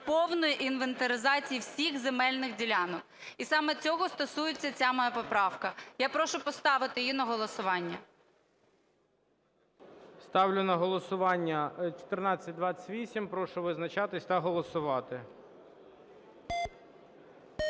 повної інвентаризації всіх земельних ділянок. І саме цього стосується ця моя поправка. Я прошу поставити її на голосування. ГОЛОВУЮЧИЙ. Ставлю на голосування 1428. Прошу визначатись та голосувати.